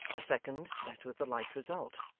a second met with the like result.